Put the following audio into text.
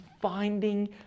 finding